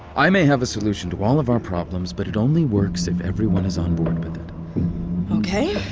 i may have a solution to all of our problems, but it only works if everyone is on board with it okay.